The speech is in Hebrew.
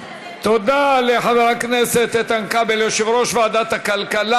תודה לחבר הכנסת איתן כבל, יושב-ראש ועדת הכלכלה.